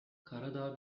karadağ